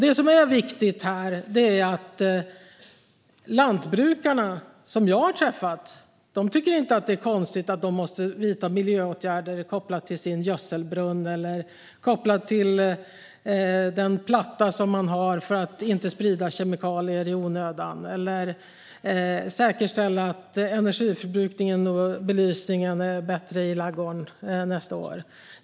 Det som är viktigt är att de lantbrukare som jag har träffat inte tycker att det är konstigt att de måste vidta miljöåtgärder som är kopplade till deras gödselbrunn eller till den platta som de har. Det handlar om att inte sprida kemikalier i onödan eller om att säkerställa att energiförbrukningen och belysningen är bättre i ladugården nästa år.